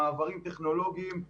מעברים טכנולוגיים,